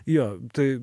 jo tai